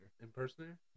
impersonator